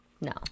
No